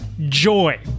joy